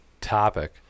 topic